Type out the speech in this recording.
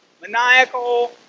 maniacal